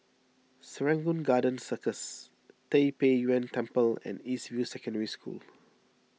Serangoon Garden Circus Tai Pei Yuen Temple and East View Secondary School